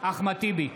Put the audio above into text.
אחמד טיבי,